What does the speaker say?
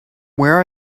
where